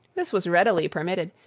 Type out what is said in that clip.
this was readily permitted,